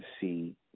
see